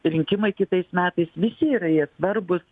rinkimai kitais metais visi yra jie svarbūs